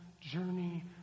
journey